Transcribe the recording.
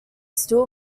still